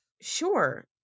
Sure